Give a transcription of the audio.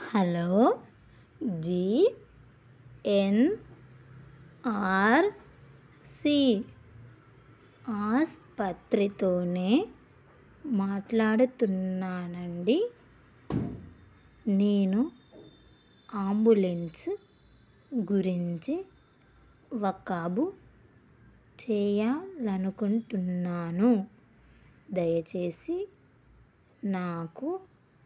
hello GNRC ఆస్పత్రితో మాట్లాడుతున్నాను అండి నేను అంబులెన్స్ గురించి వకాబు చేయాలి అనుకుంటున్నాను దయచేసి నాకు